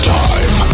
time